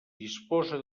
disposa